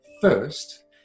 first